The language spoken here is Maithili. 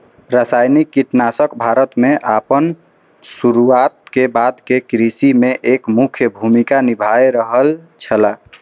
रासायनिक कीटनाशक भारत में आपन शुरुआत के बाद से कृषि में एक प्रमुख भूमिका निभाय रहल छला